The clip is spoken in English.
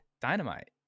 dynamite